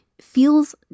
feels